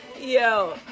Yo